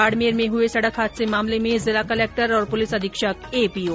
बाडमेर में हुए सड़क हादसे मामले में जिला कलेक्टर और पुलिस अधीक्षक एपीओ